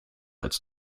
als